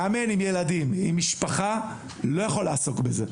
מאמן עם ילדים, עם משפחה, לא יכול לעסוק בזה.